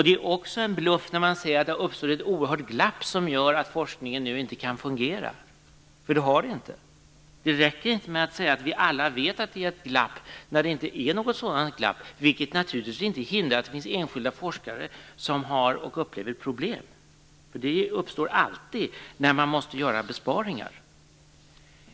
Det är också en bluff när man säger att det har uppstått ett oerhört glapp som gör att forskningen inte kan fungera. Så är det inte. Det räcker inte med att säga att vi alla vet att det finns ett glapp, särskilt som det inte finns något glapp. Naturligtvis kan det för den skull finnas enskilda forskare som har eller som upplever problem. Sådana uppstår alltid när besparingar måste göras.